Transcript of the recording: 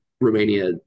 Romania